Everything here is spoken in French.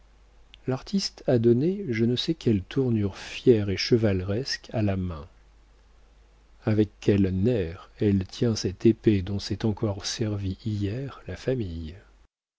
l'artiste a donné je ne sais quelle tournure fière et chevaleresque à la main avec quel nerf elle tient cette épée dont s'est encore servie hier la famille